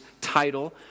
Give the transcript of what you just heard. title